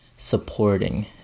supporting